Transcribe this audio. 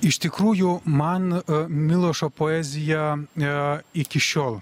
iš tikrųjų man milošo poezija ne iki šiol